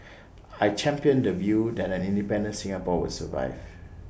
I championed the view that an independent Singapore would survive